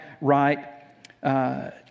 right